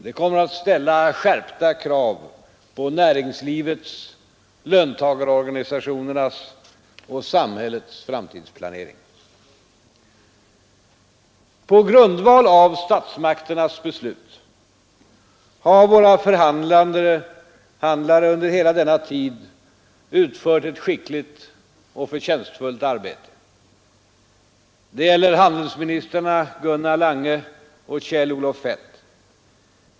Detta kommer att ställa skärpta krav på näringslivets, löntagarorganisationernas och samhällets framtidsplanering. NV På grundval av statsmakternas beslut har våra förhandlare under hela denna tid utfört ett skickligt och förtjänstfullt arbete. Det gäller handelsministrarna Gunnar Lange och Kjell-Olof Feldt.